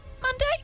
Monday